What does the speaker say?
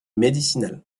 médicinales